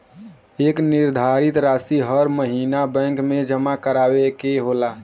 एक निर्धारित रासी हर महीना बैंक मे जमा करावे के होला